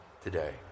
today